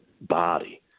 body